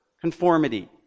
conformity